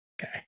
Okay